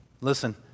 Listen